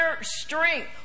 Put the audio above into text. strength